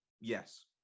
yes